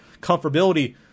comfortability